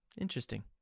interesting